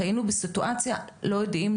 היינו בסיטואציה לא יודעים,